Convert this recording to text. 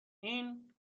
این